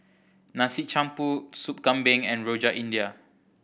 Nasi Campur Sup Kambing and Rojak India